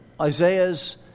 Isaiah's